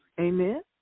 amen